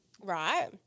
Right